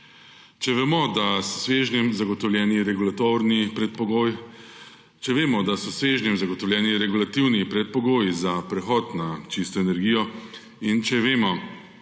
Če vemo, da so s svežnjem zagotovljeni regulativni predpogoji za prehod na čisto energijo, in če vemo,